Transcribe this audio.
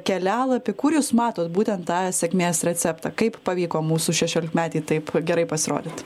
kelialapį kur jūs matot būtent tą sėkmės receptą kaip pavyko mūsų šešiolikmetei taip gerai pasirodyt